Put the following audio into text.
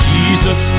Jesus